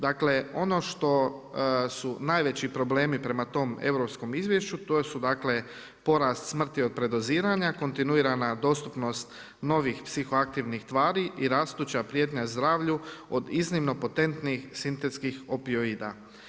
Dakle, ono što su najveći problemi prema tome Europskom izvješću to su dakle porast smrti od predoziranja, kontinuirana dostupnost novih psihoaktivnih tvari i rastuća prijetnja zdravlju od iznimno potentnih sintetskih opioida.